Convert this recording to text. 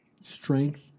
strength